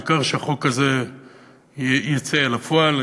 העיקר שהחוק הזה יצא אל הפועל.